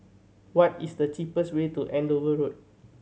what is the cheapest way to Andover Road